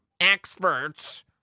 experts